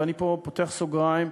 ופה אני פותח סוגריים,